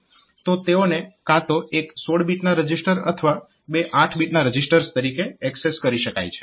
તો તેઓને કાં તો એક 16 બીટના રજીસ્ટર અથવા બે 8 બીટના રજીસ્ટર્સ તરીકે એક્સેસ કરી શકાય છે